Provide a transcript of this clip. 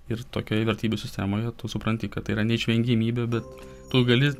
ir tokioj vertybių sistemoje tu supranti kad tai yra neišvengiamybė bet tu gali